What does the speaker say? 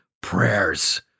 prayers